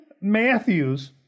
Matthews